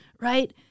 right